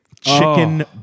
chicken